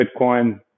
Bitcoin